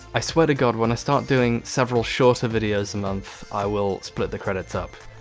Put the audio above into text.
i swear to god when i start doing several shorter videos a month, i will split the credits up.